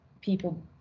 people